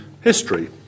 history